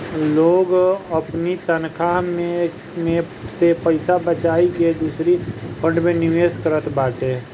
लोग अपनी तनखा में से पईसा बचाई के दूसरी फंड में निवेश करत बाटे